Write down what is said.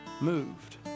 moved